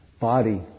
body